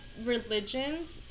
religions